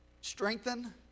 strengthen